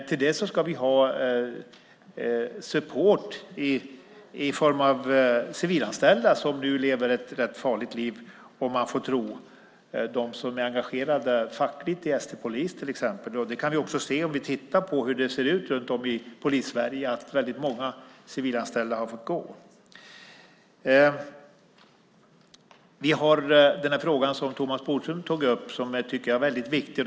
Till detta ska vi ha support i form av civilanställda som nu lever ett rätt farligt liv om man får tro dem som är engagerade fackligt i ST Polis till exempel. Om vi tittar på hur det ser ut runt om i Polissverige kan vi se att många civilanställda har fått gå. Thomas Bodström tog upp en fråga som jag tycker är väldigt viktig.